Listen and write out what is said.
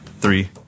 three